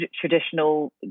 traditional